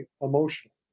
emotional